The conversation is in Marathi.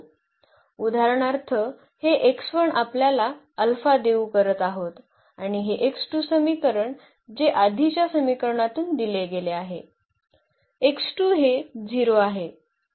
उदाहरणार्थ हे आपण अल्फा देऊ करत आहोत आणि हे समीकरण जे आधीच्या समीकरणातून दिले गेले आहे हे 0 आहे